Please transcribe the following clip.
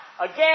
again